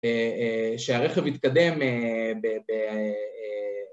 שהרכב יתקדם אהה...